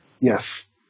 Yes